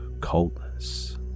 coldness